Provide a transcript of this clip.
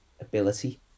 ability